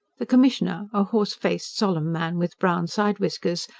the commissioner, a horse-faced, solemn man with brown side whiskers,